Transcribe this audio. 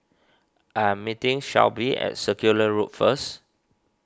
I am meeting Shelbie at Circular Road first